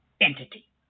entity